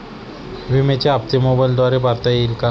विम्याचे हप्ते मोबाइलद्वारे भरता येतील का?